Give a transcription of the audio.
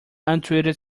untreated